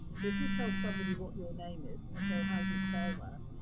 so, if you tell somebody what your name is, and they say, how do you spell that?